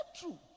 true